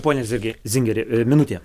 ponia zigi zingeri minutė